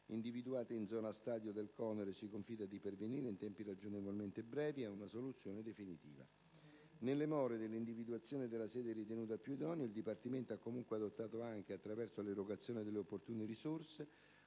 individuata in zona stadio del Conero, e si confida di pervenire, in tempi ragionevolmente brevi, ad una soluzione definitiva. Nelle more dell'individuazione della sede ritenuta più idonea, il Dipartimento ha comunque adottato, anche attraverso l'erogazione delle opportune risorse,